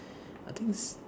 I think